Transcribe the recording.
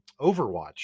Overwatch